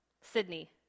Sydney